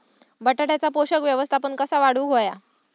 बटाट्याचा पोषक व्यवस्थापन कसा वाढवुक होया?